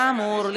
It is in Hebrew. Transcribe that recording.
כאמור,